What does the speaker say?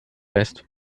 west